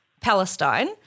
Palestine